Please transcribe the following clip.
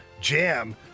jam